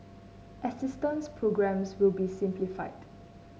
assistance programmes will be simplified